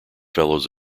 fellows